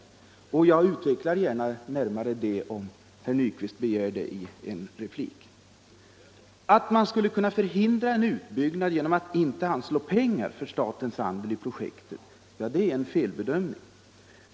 Jag skall gärna utveckla detta närmare i en replik, om herr Nyquist begär det. Att man skulle kunna förhindra en utbyggnad genom att inte anslå pengar för statens andel i projektet är en felbedömning.